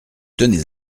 tenez